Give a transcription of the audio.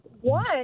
one